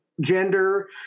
gender